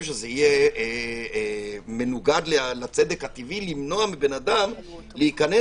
שיהיה מנוגד לצדק הטבעי למנוע מאדם להיכנס,